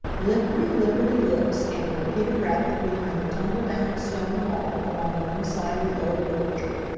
lipperty-lipperty-lip scampered peter rabbit behind the tumble-down stone wall along one side of the old orchard.